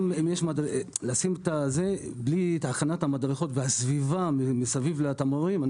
אנחנו לא שמים את התמרורים בלי המדרכות והסביבה מסביב לתמרורים.